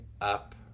up